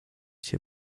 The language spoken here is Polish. się